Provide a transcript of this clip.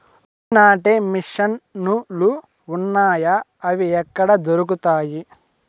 వరి నాటే మిషన్ ను లు వున్నాయా? అవి ఎక్కడ దొరుకుతాయి?